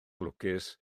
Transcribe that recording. lwcus